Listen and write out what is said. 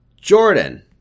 Jordan